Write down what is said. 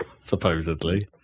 supposedly